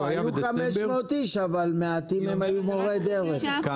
היו 500 אנשים אבל מעטים מהם היו מורי דרך.